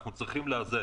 אנחנו צריכים לאזן.